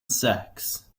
sex